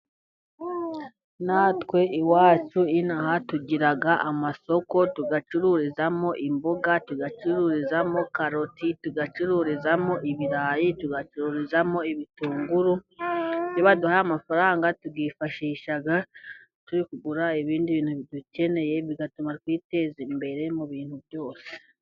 Natwe iwacu ino aha tugira amasoko ducururizamo imboga, ducururizamo karoti, ducururizamo ibirayi, ducuruzamo ibitunguru, iyo baduhaye amafaranga tuyifashisha turi kugura ibindi bintu dukeneye, bigatuma twiteza imbere mu bintu byose.